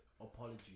apology